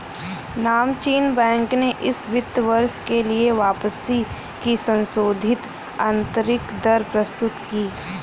नामचीन बैंक ने इस वित्त वर्ष के लिए वापसी की संशोधित आंतरिक दर प्रस्तुत की